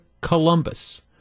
Columbus